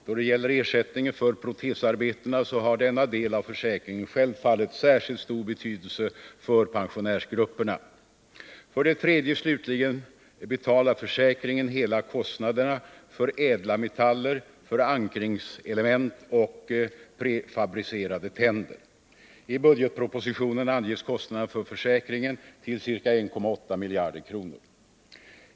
Då det gäller ersättningen för protesarbetena så har denna del av försäkringen självfallet särskilt stor betydelse för pensionärsgrupperna. För det tredje betalar slutligen försäkringen hela kostnaden för ädla metaller, förankringselement och prefabricerade tänder. I budgetpropositionen anges kostnaderna för försäkringen till ca 1.8 miljarder kronor.